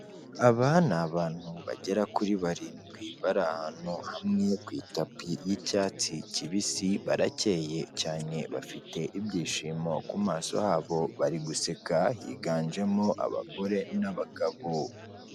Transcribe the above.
Aba ni abantu bagera kuri barindwi bari ahantu hamwe ku itapi y'icyatsi kibisi barakeyeye cyane bafite ibyishimo ku maso habo bari guseka, higanjemo abagore n'abagabo.